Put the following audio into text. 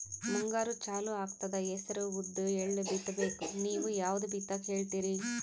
ಮುಂಗಾರು ಚಾಲು ಆಗ್ತದ ಹೆಸರ, ಉದ್ದ, ಎಳ್ಳ ಬಿತ್ತ ಬೇಕು ನೀವು ಯಾವದ ಬಿತ್ತಕ್ ಹೇಳತ್ತೀರಿ?